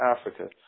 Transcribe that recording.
Africa